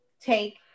take